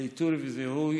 לאיתור וזיהוי